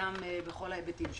בכל ההיבטים שלו.